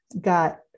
got